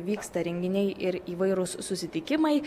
vyksta renginiai ir įvairūs susitikimai